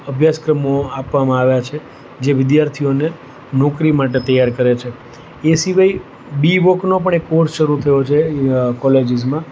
અભ્યાસક્રમો આપવામાં આવ્યા છે જે વિદ્યાર્થીઓને નોકરી માટે તૈયાર કરે છે એ સિવાય બી વોક નો પણ એક કોર્સ શરૂ થયો છે કોલેજીસમાં